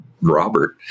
Robert